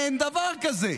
אין דבר כזה.